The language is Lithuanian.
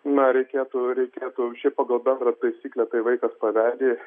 na reikėtų reikėtų šiaip pagal bendrą taisyklę tai vaikas paveldi